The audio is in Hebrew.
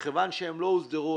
מכיוון שהם לא הוסדרו,